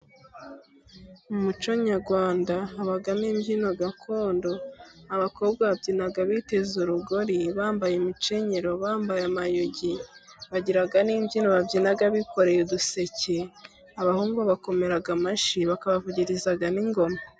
Mu muco nyarwanda habamo imbyino gakondo, abakobwa babyina biteze urugori, bambaye imikenyero, bambaye amayugi, bagira n'imbyino babyina bikoreye uduseke, abahungu babakomera amashyi bakabavugiriza n'ingoma.